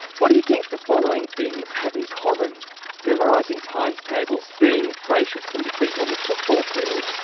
what do you think the following things have in common memorising times tables, being gracious in defeat on the football field,